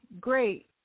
great